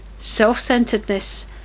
self-centeredness